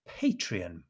Patreon